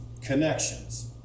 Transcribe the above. connections